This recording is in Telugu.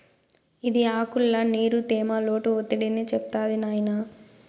ఇది ఆకుల్ల నీరు, తేమ, లోటు ఒత్తిడిని చెప్తాది నాయినా